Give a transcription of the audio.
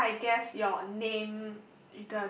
so I guess your name